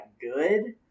good